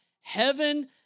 heaven